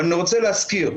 אבל אני רוצה להזכיר,